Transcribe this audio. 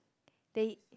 they